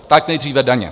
Tak nejdříve daně.